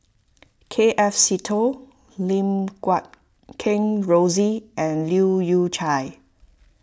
K F Seetoh Lim Guat Kheng Rosie and Leu Yew Chye